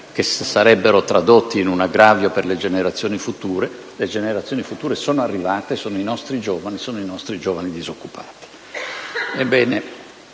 si sarebbero tradotti in un aggravio per le generazioni future. Le generazioni future sono arrivate e sono i nostri giovani disoccupati.